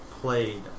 Played